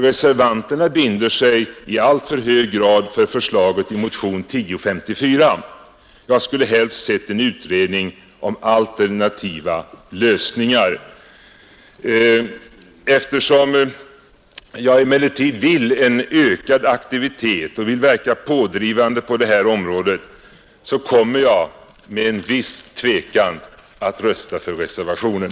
Reservanterna binder sig i alltför hög grad för förslaget i motionen 1054. Jag skulle helst ha sett en utredning om alternativa lösningar. Eftersom jag emellertid önskar en ökad aktivitet och vill verka pådrivande på det här området, så kommer jag med en viss tvekan att rösta för reservationen.